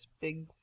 big